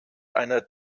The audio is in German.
einer